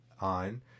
on